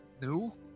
No